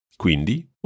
Quindi